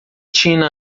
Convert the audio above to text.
tina